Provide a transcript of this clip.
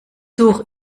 suche